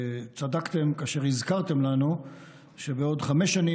וצדקתם כאשר הזכרתם לנו שבעוד חמש שנים